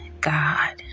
God